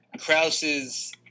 Krause's